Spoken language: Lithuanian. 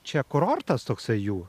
čia kurortas toksai jų